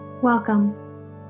Welcome